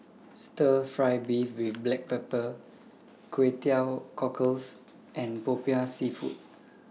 Stir Fry Beef with Black Pepper Kway Teow Cockles and Popiah Seafood